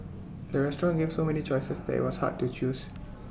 the restaurant gave so many choices that IT was hard to choose